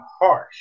harsh